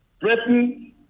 Britain